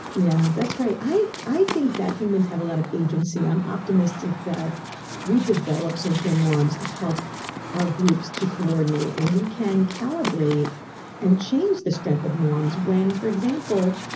yeah that's right. i think think that humans have a lot of agency. i am optimistic that we develop social norms to help our groups to coordinate, and we can calibrate and change the strength of norms when, for example,